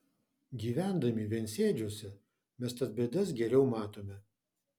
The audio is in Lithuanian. gyvendami viensėdžiuose mes tas bėdas geriau matome